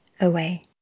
away